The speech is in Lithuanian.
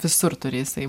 visur turi jisai